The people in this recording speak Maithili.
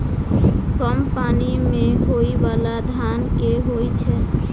कम पानि मे होइ बाला धान केँ होइ छैय?